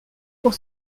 pour